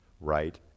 right